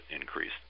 increase